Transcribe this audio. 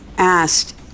Asked